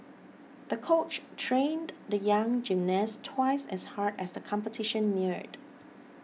the coach trained the young gymnast twice as hard as the competition neared